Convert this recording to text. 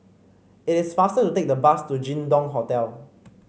it is faster to take the bus to Jin Dong Hotel